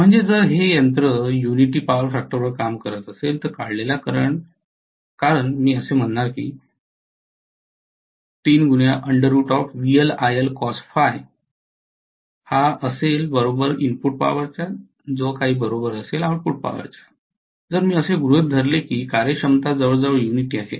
म्हणजे जर हे यंत्र युनिटी पॉवर फॅक्टरवर काम करत असेल तर काढलेला करंट कारण मी असे म्हणणार आहे की इनपुट पॉवर आऊटपुट पॉवर जर मी असे गृहीत धरले की कार्यक्षमता जवळजवळ युनिटी आहे